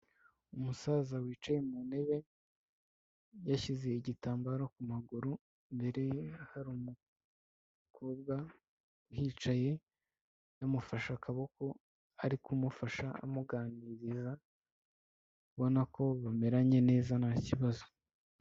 Umusaza wicaye mu ntebe yashyize igitambaro ku maguru. Imbere ye hari umukobwa yicaye yamufashe akaboko ari kumufasha amuganiriza, ubona ko bameranye neza nta kibazo.